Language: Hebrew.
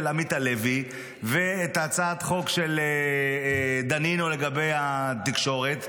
עמית הלוי ואת הצעת החוק של דנינו לגבי התקשורת,